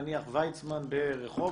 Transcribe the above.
נניח ויצמן ברחובות,